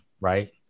right